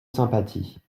sympathie